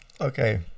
Okay